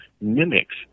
mimics